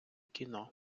кіно